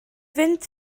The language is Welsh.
fynd